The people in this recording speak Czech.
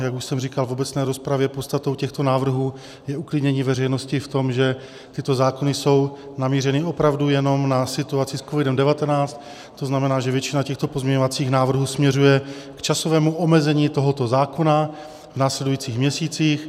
Jak už jsem říkal v obecné rozpravě, podstatou těchto návrhů je uklidnění veřejnosti v tom, že tyto zákony jsou namířeny opravdu jenom na situaci s COVID19, to znamená, že většina těchto pozměňovacích návrhů směřuje k časovému omezení tohoto zákona v následujících měsících.